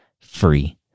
free